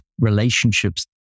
relationships